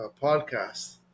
podcast